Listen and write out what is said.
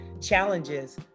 challenges